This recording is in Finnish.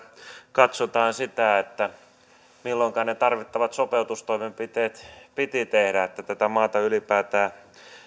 katsotaan sitä milloinka ne ne tarvittavat sopeutustoimenpiteet piti tehdä että tätä maata ylipäätään